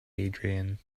adrian